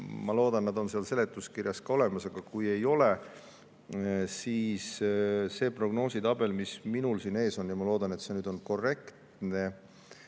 ma loodan, et need on seal seletuskirjas olemas, aga kui ei ole, siis on see prognoositabel, mis minul ees on, ja ma loodan, et see on korrektne